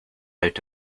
out